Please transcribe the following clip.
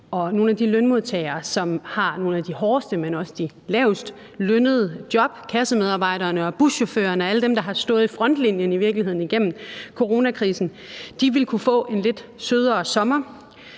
nogle af de lønmodtagere, som har nogle af de hårdeste, men også lavest lønnede job, kassemedarbejderne og buschaufførerne og alle dem, der i virkeligheden har stået i frontlinjen igennem coronakrisen. De ville kunne få en lidt sødere sommer.